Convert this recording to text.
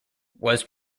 was